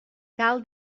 cal